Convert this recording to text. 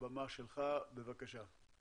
הבמה שלך, בבקשה.